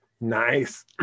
Nice